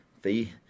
fee